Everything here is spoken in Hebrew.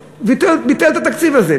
ביטל את התקציב הזה,